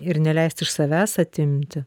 ir neleist iš savęs atimti